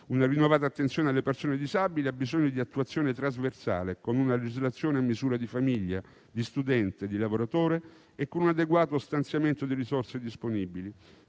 Una rinnovata attenzione alle persone disabili ha bisogno di attuazione trasversale, con una legislazione a misura di famiglia, di studente e di lavoratore e con un adeguato stanziamento di risorse disponibili,